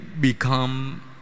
become